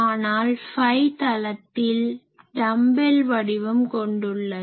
ஆனால் ஃபை தளத்தில் டம்பெல் வடிவம் கொண்டுள்ளது